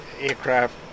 aircraft